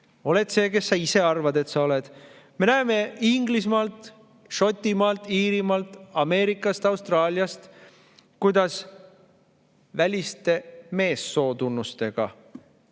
Oled see, kes sa ise arvad, et sa oled. Me näeme Inglismaal, Šotimaal, Iirimaal, Ameerikas, Austraalias, kuidas väliste meessootunnustega